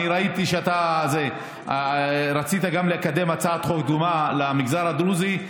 ראיתי שרצית גם לקדם הצעת חוק דומה למגזר הדרוזי.